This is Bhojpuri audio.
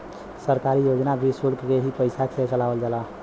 सरकारी योजना भी सुल्क के ही पइसा से चलावल जाला